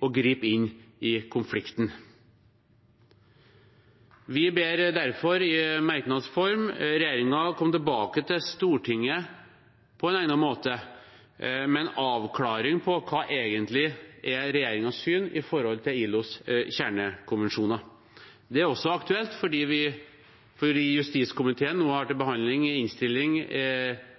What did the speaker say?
gripe inn i konflikten.» Vi har derfor i merknads form bedt regjeringen komme tilbake til Stortinget på en egnet måte med en avklaring av hva som egentlig er regjeringens syn når det gjelder ILOs kjernekonvensjoner. Det er også aktuelt fordi justiskomiteen nå har til behandling en innstilling